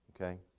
okay